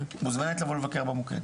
את מוזמנת לבוא ולבקר במוקד.